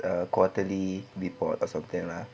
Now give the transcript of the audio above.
ah quarterly report or something lah